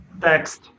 text